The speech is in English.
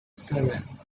seven